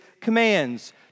commands